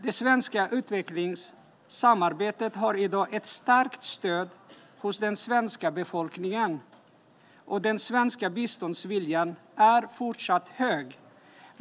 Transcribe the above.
Det svenska utvecklingssamarbetet har i dag ett starkt stöd hos den svenska befolkningen, och den svenska biståndsviljan är fortsatt hög.